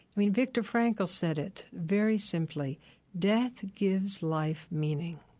i mean, victor frankl said it very simply death gives life meaning.